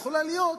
יכולה להיות: